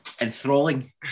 enthralling